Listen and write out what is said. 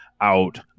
out